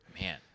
man